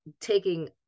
taking